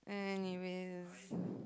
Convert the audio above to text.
anyways